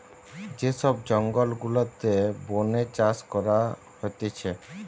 যে সব জঙ্গল গুলাতে বোনে চাষ করা হতিছে